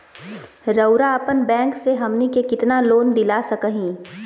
रउरा अपन बैंक से हमनी के कितना लोन दिला सकही?